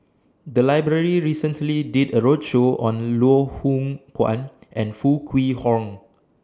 The Library recently did A roadshow on Loh Hoong Kwan and Foo Kwee Horng